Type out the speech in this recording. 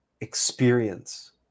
experience